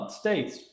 states